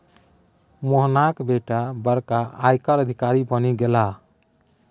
मोहनाक बेटा बड़का आयकर अधिकारी बनि गेलाह